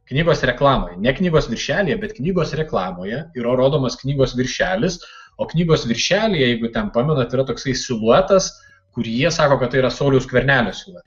knygos reklamoje ne knygos viršelyje bet knygos reklamoje yra rodomas knygos viršelis o knygos viršelyje jeigu ten pamenat yra toksai siluetas kur jie sako kad tai yra sauliaus skvernelio siluetas